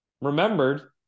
remembered